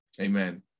Amen